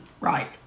Right